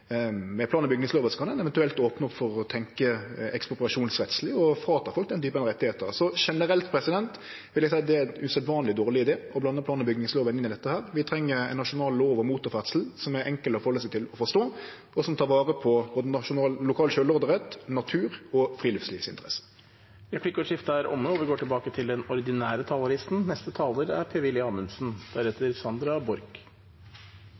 Med plan- og bygningslova kan ein eventuelt opne opp for å tenkje ekspropriasjonsrettsleg og ta frå folk den retten. Så generelt vil eg seie det er ein usedvanleg dårleg idé å blande plan- og bygningslova inn i dette. Vi treng ein nasjonal lov om motorferdsel som er enkel å halde seg til og forstå, og som tek vare på både lokal sjølvråderett, natur og friluftslivsinteresser. Replikkordskiftet er omme. Fremskrittspartiet har kjempet for å liberalisere motorferdsel i utmark gjennom flere tiår. Vi har på mange måter stått alene på den